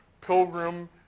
Pilgrim